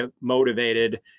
motivated